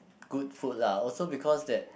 good food lah also because that